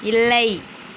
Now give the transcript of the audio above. இல்லை